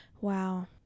wow